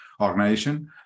organization